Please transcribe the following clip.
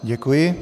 Děkuji.